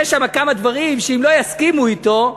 יהיו שם כמה דברים שאם לא יסכימו אתו,